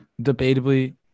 debatably